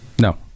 No